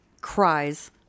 cries